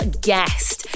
guest